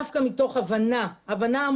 יקבל דווקא מתוך הבנה עמוקה,